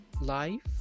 life